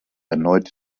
erneut